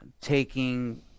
taking